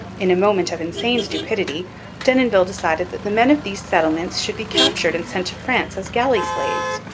in a moment of insane stupidity denonville decided that the men of these settlements should be captured and sent to france as galley slaves.